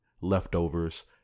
leftovers